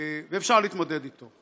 ואפשר להתמודד איתו,